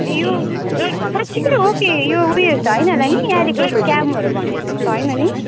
यो साँच्चिकै हो के यो उयोहरू त होइन होला नि अहिलेको स्क्यामहरू भन्ने त्यस्तो होइन नि